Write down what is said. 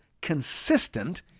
consistent